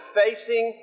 facing